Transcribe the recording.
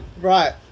Right